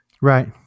Right